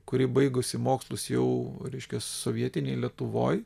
kuri baigusi mokslus jau reiškias sovietinėj lietuvoj